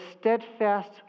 steadfast